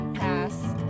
pass